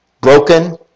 Broken